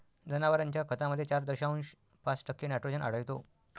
जनावरांच्या खतामध्ये चार दशांश पाच टक्के नायट्रोजन आढळतो